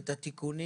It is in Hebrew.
ואת התיקונים.